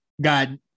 God